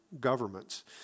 governments